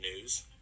news